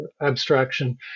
abstraction